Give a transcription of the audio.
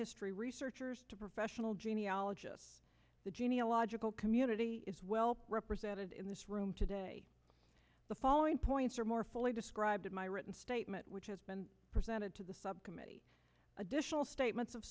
history researchers to professional genealogists the genia logical community is well represented in this room today the following points or more fully described my written statement which has been presented to the subcommittee additional statements of